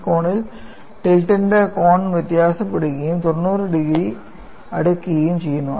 ഈ കോണിൽ ടിൽറ്റിന്റെ കോൺ വ്യത്യാസപ്പെടുകയും 90 ഡിഗ്രി അടുക്കുകയും ചെയ്യുന്നു